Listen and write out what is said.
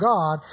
God